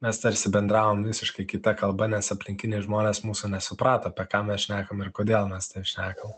mes tarsi bendravom visiškai kita kalba nes aplinkiniai žmonės mūsų nesuprato apie ką mes šnekam ir kodėl mes ten šnekam